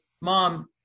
Mom